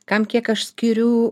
kam kiek aš skiriu